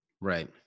Right